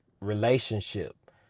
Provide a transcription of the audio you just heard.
relationship